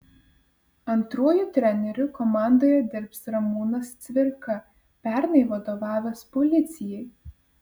antruoju treneriu komandoje dirbs ramūnas cvirka pernai vadovavęs policijai